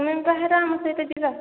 ତୁମେ ବି ବାହାର ଆମ ସହିତ ଯିବ